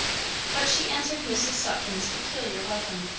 but she answered mrs. sutphen's peculiar welcome.